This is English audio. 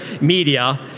media